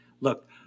look